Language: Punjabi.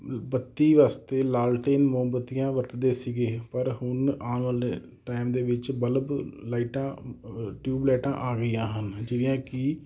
ਬੱਤੀ ਵਾਸਤੇ ਲਾਲਟੇਨ ਮੋਮਬੱਤੀਆਂ ਵਰਤਦੇ ਸੀਗੇ ਪਰ ਹੁਣ ਆਉਣ ਵਾਲੇ ਟਾਈਮ ਦੇ ਵਿੱਚ ਬੱਲਬ ਲਾਈਟਾਂ ਟਿਊਬ ਲਾਈਟਾਂ ਆ ਗਈਆਂ ਹਨ ਜਿਹੜੀਆਂ ਕਿ